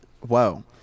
Whoa